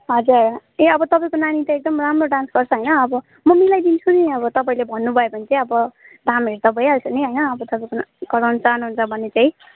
हजुर ए अब तपाईँको नानी त एकदम राम्रो डान्स गर्छ होइन अब म मिलाइदिन्छु नि अब तपाईँले भन्नु भयो भने चाहिँ अब दामहरू त भइहाल्छ नि होइन अब तपाईँको ना गराउनु चाहनुहुन्छ भने चाहिँ